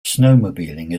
snowmobiling